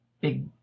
big